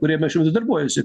kuriame šiuo metu darbuojuosi